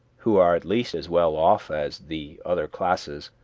who are at least as well off as the other classes,